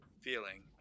feeling